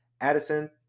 Addison